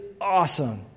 awesome